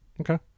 Okay